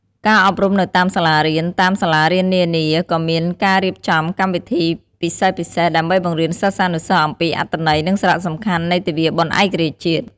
ការអប់រំនៅតាមសាលារៀន តាមសាលារៀននានា ក៏មានការរៀបចំកម្មវិធីពិសេសៗ ដើម្បីបង្រៀនសិស្សានុសិស្សអំពីអត្ថន័យ និងសារៈសំខាន់នៃទិវាបុណ្យឯករាជ្យជាតិ។